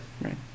Right